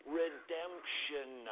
redemption